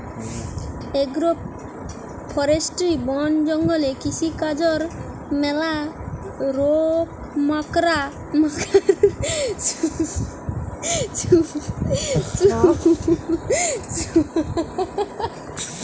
agro forestry বন জঙ্গলে কৃষিকাজর ম্যালা রোকমকার সুবিধা হতিছে যেমন মোরা কাঠ পাইতেছি